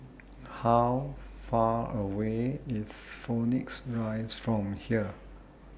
How Far away IS Phoenix Rise from here